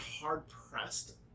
hard-pressed